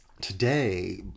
today